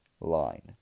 line